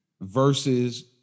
versus